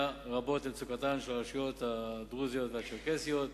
רבות להקלת מצוקתן של הרשויות הדרוזיות והצ'רקסיות.